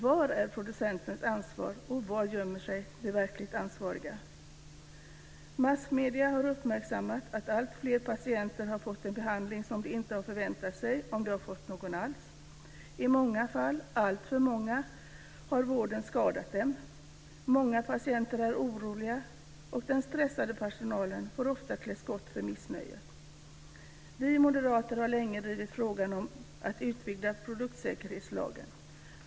Var finns producentens ansvar, och var gömmer sig de verkligt ansvariga? Massmedierna har uppmärksammat att alltfler patienter har fått en behandling som de inte har förväntat sig, om de har fått någon alls. I många fall, alltför många, har vården skadat dem. Många patienter är oroliga, och den stressade personalen får ofta klä skott för missnöjet. Vi moderater har länge drivit frågan om att utvidga produktsäkerhetslagen.